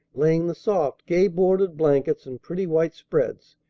laying the soft, gay-bordered blankets and pretty white spreads,